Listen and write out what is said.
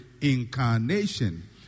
incarnation